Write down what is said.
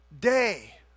day